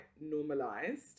normalized